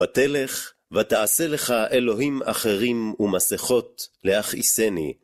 ותלך, ותעשה לך אלוהים אחרים ומסכות, להכעיסני.